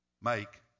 Make